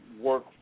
work